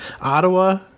Ottawa